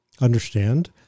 understand